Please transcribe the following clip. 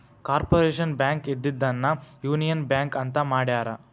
corporation bank ಇದ್ದಿದ್ದನ್ನ union bank ಅಂತ ಮಾಡ್ಯಾರ